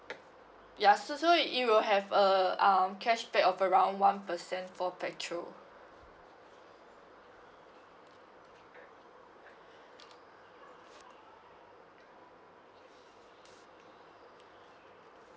ya so~ so it will have uh um cashback of around one percent for petrol